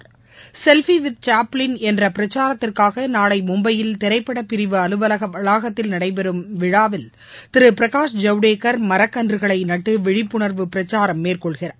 selfie with Chaplin என்ற பிரச்சாரத்திற்காக நாளை மும்பையில் திரைப்பட பிரிவு அலுவலக வளாகத்தில் நடைபெறும் விழாவில் திரு பிரகாஷ் ஜவ்டேக்கர் மரக்கன்றுகளை நட்டு விழிப்புணர்வு பிரச்சாரம் மேற்கொள்கிறார்